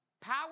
power